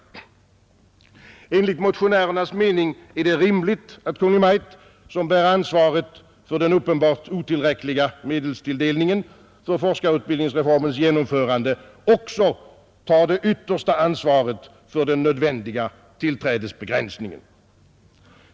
Enligt motionärernas mening är det rimligt att Kungl. Maj:t, som bär ansvaret för den uppenbart otillräckliga medelstilldelningen för forskarutbildningsreformens genomförande, också tar det yttersta ansvaret för den nödvändiga tillträdesbegränsningen.